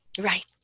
Right